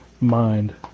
mind